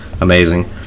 amazing